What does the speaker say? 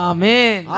Amen